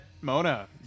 Mona